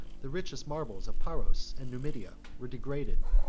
the richest marbles of paros and numidia, were degraded,